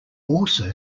also